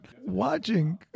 watching